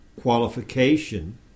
qualification